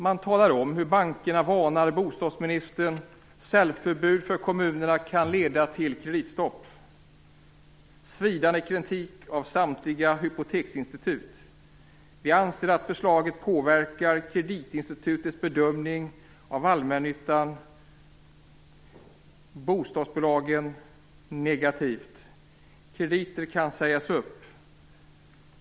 Där talar man om hur bankerna varnar bostadsministern. "Säljförbud för kommuner kan leda till kreditstopp. - svidande kritik av samtliga hypoteksinstitut. De anser att förslaget påverkar kreditinstitutens bedömning av allmännyttiga bostadsbolag negativt. - krediter kan sägas upp."